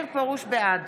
בעד